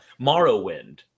Morrowind